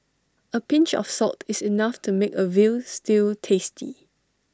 A pinch of salt is enough to make A Veal Stew tasty